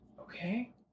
Okay